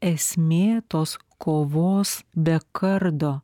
esmė tos kovos be kardo